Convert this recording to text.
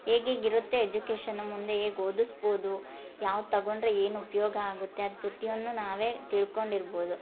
ಹೇಗೇಗ್ ಇರುತ್ತೆ ಎಜುಕೇಷನು ಮುಂದೆ ಹೇಗೆ ಓದುಸ್ಬೋದು ಯಾವ್ದು ತಗೊಂಡರೆ ಏನು ಉಪಯೋಗ ಆಗುತ್ತೆ ಅದು ಪ್ರತಿಯೊಂದ್ನು ನಾವೇ ತಿಳ್ಕೊಂಡು ಇರ್ಬೋದು